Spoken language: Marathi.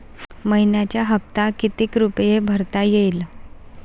मइन्याचा हप्ता कितीक रुपये भरता येईल?